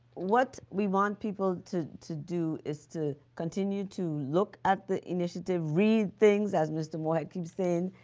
what we want people to to do is to continue to look at the initiative, read things, as mr. moore head keeps saying,